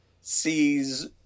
sees